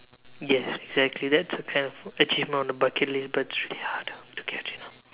yes exactly that's the kind of achievement on the bucket list but it's really hard to to get you know